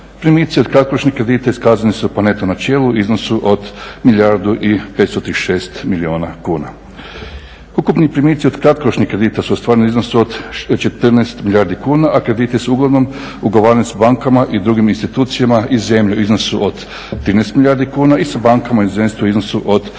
Primici od kratkoročnih kredita iskazani su po neto načelu u iznosu od milijardu i 536 milijuna kuna. Ukupni primici od kratkoročnih kredita su u ostvarenom iznosu od 14 milijardi kuna a krediti su uglavnom ugovarani sa bankama i drugim institucijama iz zemlje u iznosu od 13 milijardi i sa bankama u inozemstvu u iznosu od milijardu